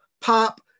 pop